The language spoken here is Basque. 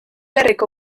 herriko